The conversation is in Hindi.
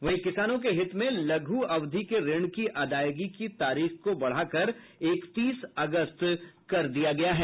वहीं किसानों के हित में लघु अवधि के ऋण की अदायगी की तारीख को बढ़ाकर इकतीस अगस्त कर दिया गया है